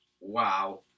Wow